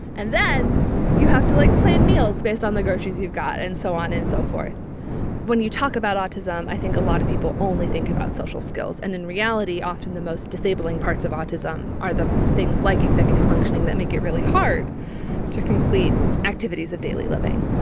and then you have to like plan meals based on the groceries you've got and so on and so forth when you talk about autism i think a lot of people only think about social skills. and in reality often the most disabling parts of autism are the things like executive functioning that make it really hard to complete activities of daily living